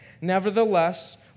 Nevertheless